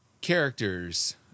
characters